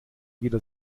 wieder